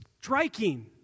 striking